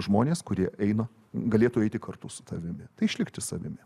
žmonės kurie eina galėtų eiti kartu su tavimi tai išlikti savimi